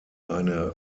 eine